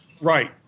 Right